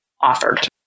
offered